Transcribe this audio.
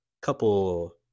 couple